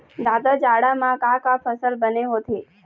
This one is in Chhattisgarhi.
जादा जाड़ा म का का फसल बने होथे?